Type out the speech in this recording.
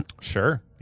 Sure